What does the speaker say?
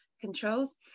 controls